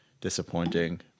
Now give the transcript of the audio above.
disappointing